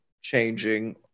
changing